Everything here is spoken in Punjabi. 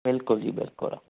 ਬਿਲਕੁਲ ਜੀ ਬਿਲਕੁਲ